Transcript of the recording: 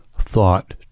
thought